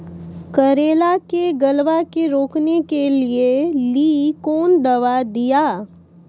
करेला के गलवा के रोकने के लिए ली कौन दवा दिया?